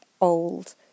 old